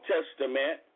Testament